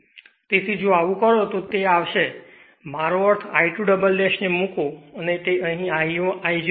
તેથી જો આવું કરો તો તે આવશે મારો અર્થ I2 ને મૂકો અને અહીં તે I 0